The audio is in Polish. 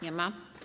Nie ma.